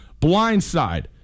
Blindside